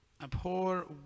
Abhor